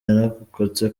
yarokotse